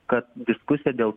kad diskusija dėl